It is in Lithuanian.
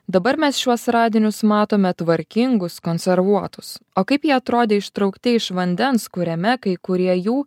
dabar mes šiuos radinius matome tvarkingus konservuotus o kaip jie atrodė ištraukti iš vandens kuriame kai kurie jų